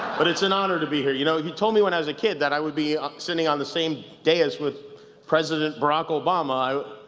but it's an honor to be here. you know, if you told me as a kid that i'd be sitting on the same dais wqith president barack obama.